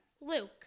Luke